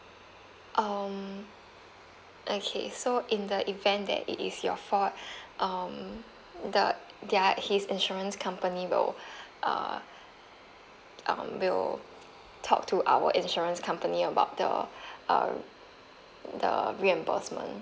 um okay so in the event that it is your fault um the their his insurance company will uh um will talk to our insurance company about the uh the reimbursement